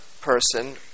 person